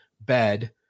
bed